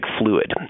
fluid